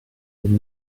had